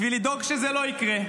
בשביל לדאוג שזה לא יקרה,